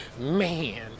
man